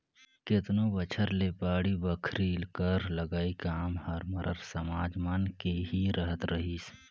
केतनो बछर ले बाड़ी बखरी कर लगई काम हर मरार समाज मन के ही रहत रहिस